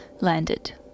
Landed